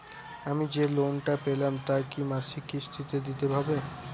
আমি যে লোন টা পেলাম তা কি মাসিক কিস্তি তে দিতে হবে?